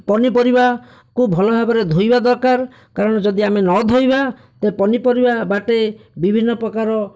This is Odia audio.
ପନିପରିବା କୁ ଭଲ ଭାବରେ ଧୋଇବା ଦରକାର କାରଣ ଯଦି ଆମେ ନଧୋଇବା ତେବେ ପନିପରିବା ବାଟେ ବିଭିନ୍ନ ପ୍ରକାର